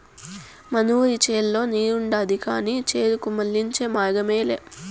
మనూరి చెర్లో నీరుండాది కానీ చేనుకు మళ్ళించే మార్గమేలే